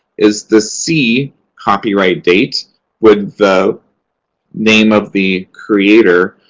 is the c copyright date with the name of the creator.